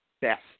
best